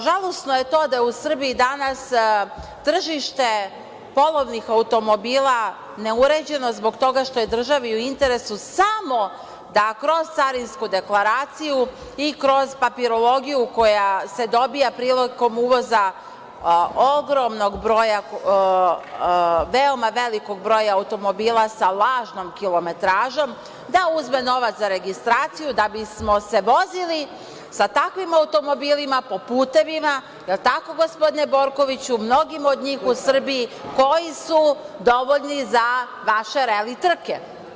Žalosno je to da je u Srbiji danas tržište polovnih automobila neuređeno zbog toga što je državi u interesu samo da kroz carinsku deklaraciju i kroz papirologiju koja se dobija prilikom uvoza ogromnog broja, veoma velikog broja automobila sa lažnom kilometražom, da uzme novac za registraciju da bismo se vozili sa takvim automobilima po putevima, je li tako gospodine Borkoviću, mnogima od njih u Srbiji, koji su dovoljni za vaše reli trke.